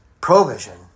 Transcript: Provision